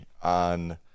on